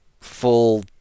full